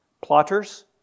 plotters